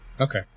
Okay